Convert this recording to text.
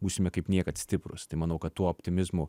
būsime kaip niekad stiprūs tai manau kad tuo optimizmu